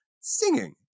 singing